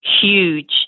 huge